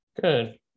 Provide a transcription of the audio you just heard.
good